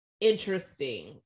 interesting